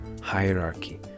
hierarchy